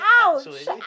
Ouch